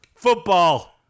football